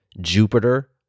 Jupiter